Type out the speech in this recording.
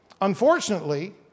Unfortunately